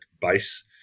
base